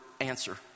answer